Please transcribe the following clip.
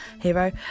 hero